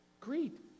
greet